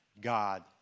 God